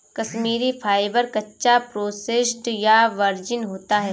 Kashmiri fibre, कच्चा, processed या virgin होता है